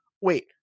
wait